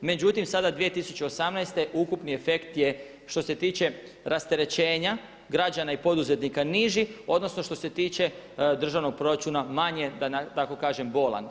Međutim, sada 2018. ukupni efekt je što se tiče rasterećenja građana i poduzetnika niži, odnosno što se tiče državnog proračuna manje da tako kažem bolan.